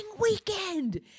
weekend